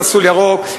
מסלול ירוק,